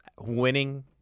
winning